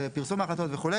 פרסום החלטות וכו'.